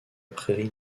prairie